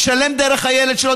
משלם דרך הילד שלו,